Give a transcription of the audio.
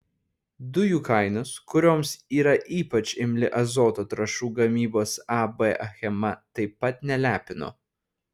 dujų kainos kurioms yra ypač imli azoto trąšų gamybos ab achema taip pat nelepino